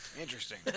Interesting